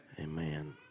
Amen